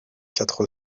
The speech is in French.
quatre